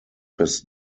his